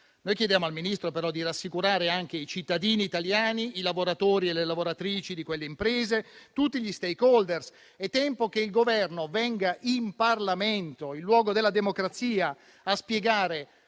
gli chiediamo di rassicurare anche i cittadini italiani, i lavoratori e le lavoratrici di quelle imprese e tutti gli *stakeholder*. È tempo che il Governo venga in Parlamento, il luogo della democrazia, a spiegare